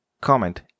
comment